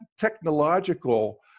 technological